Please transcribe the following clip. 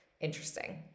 interesting